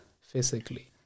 physically